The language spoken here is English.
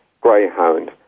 greyhound